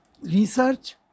Research